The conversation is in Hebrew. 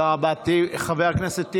לא צריך לדבר על החוק, זה הודעה אישית.